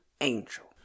angel